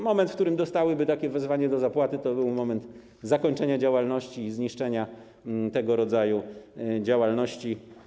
Moment, w którym dostałyby takie wezwanie do zapłaty, byłby momentem zakończenia działalności i zniszczenia tego rodzaju działalności.